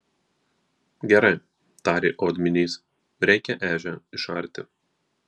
gerai tarė odminys reikia ežią išarti